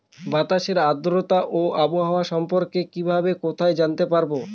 বাতাসের আর্দ্রতা ও আবহাওয়া সম্পর্কে কিভাবে কোথায় জানতে পারবো?